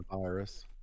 virus